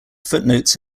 footnotes